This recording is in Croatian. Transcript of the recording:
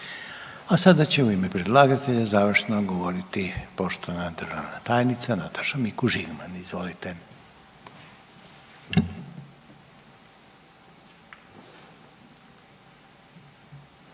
A sada će u ime predlagatelja završno govoriti poštovana državna tajnica Nataša Mikuš Žigman, izvolite.